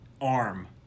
arm